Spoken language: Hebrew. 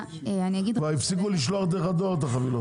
כבר הפסיקו לשלוח את החבילות דרך הדואר.